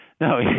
No